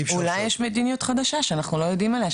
אולי יש מדיניות חדשה שאנחנו לא יודעים עליה,